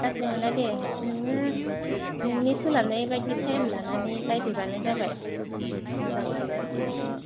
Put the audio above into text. गाज्रि मोनादे नोङो नोंनि सोलाबनायबायदि टाइम लानानै नायफैब्लानो जाबाय